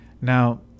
Now